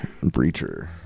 Breacher